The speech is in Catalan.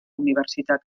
universitat